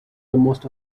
most